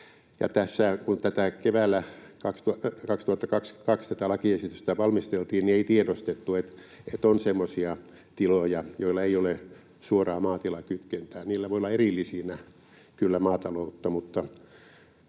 kun keväällä 2022 tätä lakiesitystä valmisteltiin, ei tiedostettu, että on semmoisia tiloja, joilla ei ole suoraa maatilakytkentää. Niillä voi olla kyllä erillisenä maataloutta, mutta